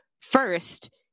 first